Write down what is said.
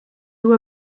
you